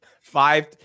five